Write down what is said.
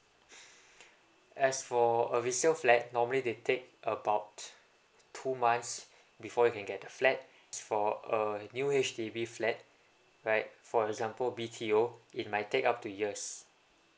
as for a resale flat normally they take about two months before you can get the flat for a new H_D_B flat right for example B_T_O it might take up to years